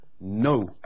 no